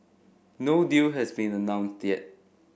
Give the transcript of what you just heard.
no deal has been announced yet